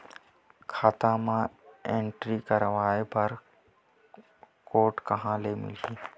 खाता म एंट्री कराय बर बार कोड कहां ले मिलही?